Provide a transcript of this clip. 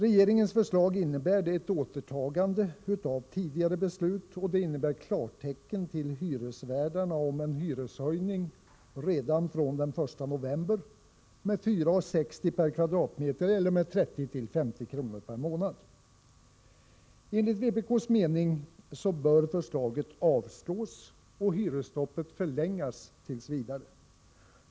Regeringens förslag innebär ett återtagande av tidigare beslut och klartecken till hyresvärdarna om en hyreshöjning redan från den 1 november med 4:60 per m? eller med 30-50 kr. per månad. Enligt vpk:s mening bör förslaget avslås och hyresstoppet förlängas t. v.